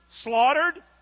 slaughtered